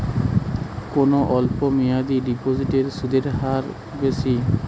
কোন অল্প মেয়াদি ডিপোজিটের সুদের হার বেশি?